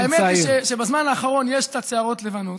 האמת היא שבזמן האחרון יש קצת שערות לבנות.